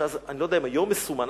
שאני לא יודע אם היום הוא מסומן,